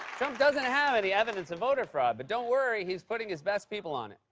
trump doesn't have any evidence of voter fraud, but don't worry, he's putting his best people on it.